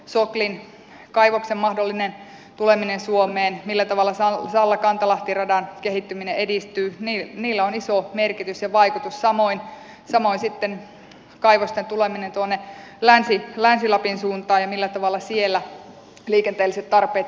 soklin kaivoksen mahdollinen tuleminen suomeen se millä tavalla sallakantalahti radan kehittyminen edistyy niillä on iso merkitys ja vaikutus samoin sitten kaivosten tulemisella tuonne länsi lapin suuntaan ja sillä millä tavalla siellä liikenteelliset tarpeet kehittyvät